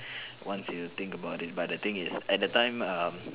once you think about it but the thing is at that time um